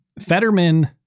Fetterman